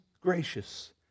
gracious